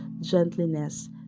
gentleness